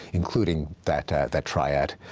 including that ah that triad.